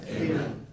Amen